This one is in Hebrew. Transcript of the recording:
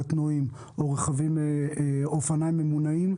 קטנועים או אופניים ממונעים.